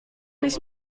nicht